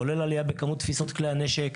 כולל עלייה בכמות תפיסות כלי הנשק,